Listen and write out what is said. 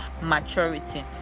maturity